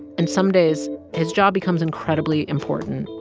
and some days his job becomes incredibly important.